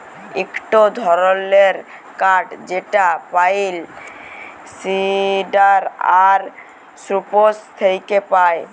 ইকটো ধরণের কাঠ যেটা পাইন, সিডার আর সপ্রুস থেক্যে পায়